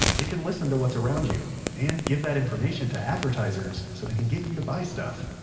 it can listen to what's around you, and give that information to advertisers so they can get you to buy stuff